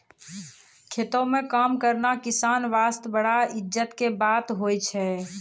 खेतों म काम करना किसान वास्तॅ बड़ा इज्जत के बात होय छै